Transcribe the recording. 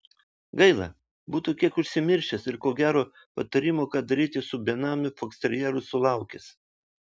gaila būtų kiek užsimiršęs ir ko gero patarimo ką daryti su benamiu foksterjeru sulaukęs